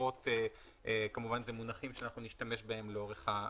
ההגדרות, אלה מונחים שנשתמש בהן לאורך הפרק.